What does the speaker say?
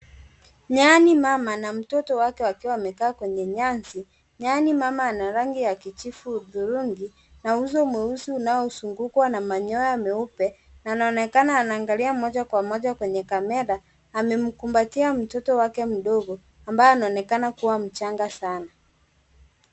nyani mama na mtoto wake wakiwa wamekaa kwenye nyasi, nyani mama ana rangi ya kijivu hudhurungi uso mweusi unaozungukwa na manyoya meupe na anaonekana anangalia moja kwa moja kwenye kamera amemkumbatia mtoto wake mdogo ambaye anaokena kuwa mchanga sana